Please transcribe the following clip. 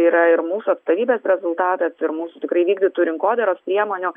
yra ir mūsų atstovybės rezultatas ir mūsų tikrai vykdytų rinkodaros priemonių